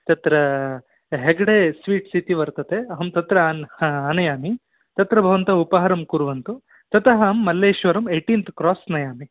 तत्रा हेगडे स्वीट्स् इति वर्तते अहं तत्र आन् आनयामि तत्र भवन्तः उपहारं कुर्वन्तु ततः अहं मल्लेश्वरम् एय्टीन्त् क्रास् नयामि